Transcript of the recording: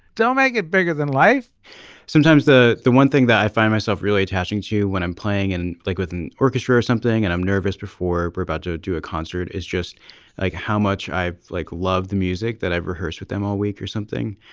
don't make it bigger than life sometimes the the one thing that i find myself really attaching to when i'm playing and like with an orchestra or something and i'm nervous before we're about to do a concert is just like how much i like love the music that i've rehearsed with them all week or something.